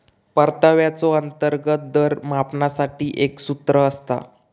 परताव्याचो अंतर्गत दर मापनासाठी एक सूत्र असता